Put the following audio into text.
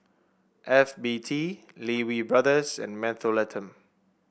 F B T Lee Wee Brothers and Mentholatum